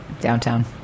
Downtown